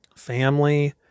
family